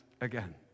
again